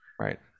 Right